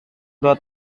dua